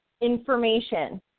information